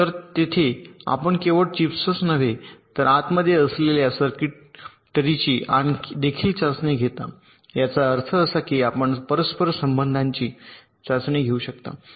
तर येथे आपण केवळ चिप्सच नव्हे तर आतमध्ये असलेल्या सर्किटरीची देखील चाचणी घेता याचा अर्थ असा की आपण परस्पर संबंधांची चाचणी घेऊ शकता